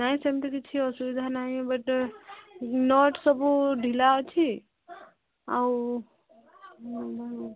ନାଇଁ ସେମିତି କିଛି ଅସୁବିଧା ନାହିଁ ବଟ୍ ନଟ୍ ସବୁ ଢିଲା ଅଛି ଆଉ